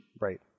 Right